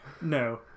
No